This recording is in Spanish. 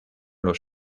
los